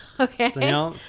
Okay